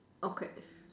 okay